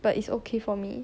but it's okay for me